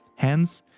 hence,